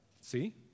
See